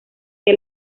que